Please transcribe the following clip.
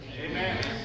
Amen